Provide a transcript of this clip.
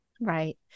right